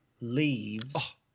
leaves